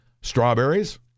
Strawberries